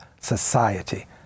society